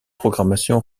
programmation